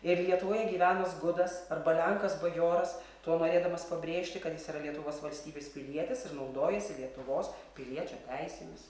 ir lietuvoje gyvenąs gudas arba lenkas bajoras tuo norėdamas pabrėžti kad jis yra lietuvos valstybės pilietis ir naudojasi lietuvos piliečio teisėmis